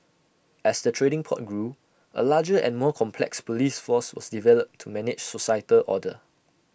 as the trading port grew A larger and more complex Police force was developed to manage societal order